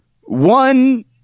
one